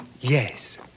Yes